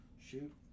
shoot